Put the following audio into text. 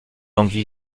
langues